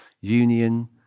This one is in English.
union